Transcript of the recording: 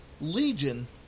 Legion